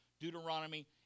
Deuteronomy